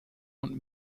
und